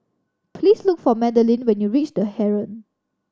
please look for Madelene when you reach The Heeren